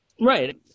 Right